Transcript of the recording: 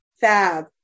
Fab